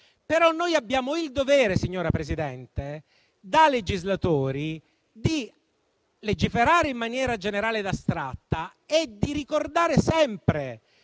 legislatori abbiamo il dovere, signora Presidente, di legiferare in maniera generale ed astratta e di ricordare sempre